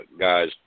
guys